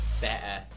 better